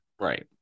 Right